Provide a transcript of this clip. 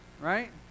right